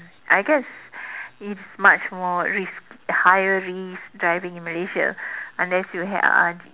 I guess it's much more risk higher risk driving in Malaysia unless you had uh